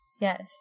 Yes